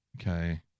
Okay